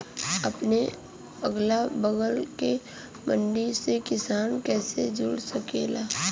अपने अगला बगल के मंडी से किसान कइसे जुड़ सकेला?